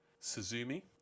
Suzumi